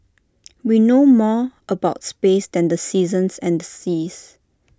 we know more about space than the seasons and the seas